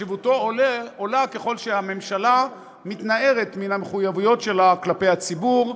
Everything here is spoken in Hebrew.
וחשיבותו עולה ככל שהממשלה מתנערת מן המחויבויות שלה כלפי הציבור,